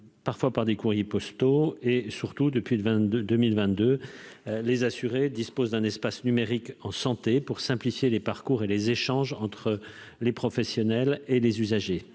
parfois par des courriers postaux et surtout depuis le vingt-deux 2022 les assurés disposent d'un espace numérique en santé pour simplifier les parcours et les échanges entre les professionnels et les usagers